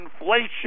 inflation